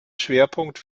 schwerpunkt